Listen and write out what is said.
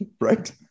right